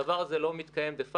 הדבר הזה לא מתקיים דה פקטו.